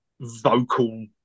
vocal